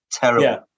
terrible